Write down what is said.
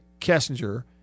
Kessinger